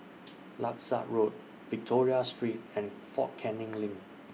Langsat Road Victoria Street and Fort Canning LINK